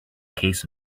case